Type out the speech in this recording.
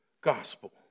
gospel